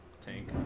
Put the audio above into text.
Tank